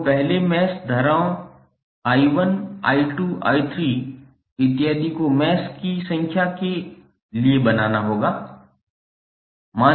आपको पहले मैश धाराओं I1 I2 I3 इत्यादि को मैश की संख्या के लिए बनाना होगा